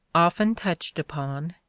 often touched upon,